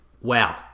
Wow